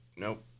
Nope